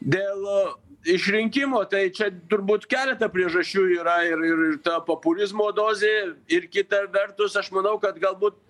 dėl išrinkimo tai čia turbūt keletą priežasčių yra ir ir ir ta populizmo dozė ir kita vertus aš manau kad galbūt